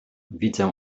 widzę